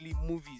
movies